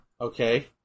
Okay